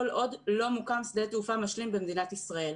עוד לא מוקם שדה תעופה משלים במדינת ישראל.